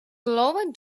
lower